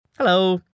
Hello